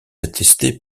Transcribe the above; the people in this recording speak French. attestée